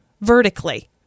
vertically